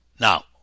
Now